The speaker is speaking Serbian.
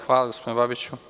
Hvala, gospodine Babiću.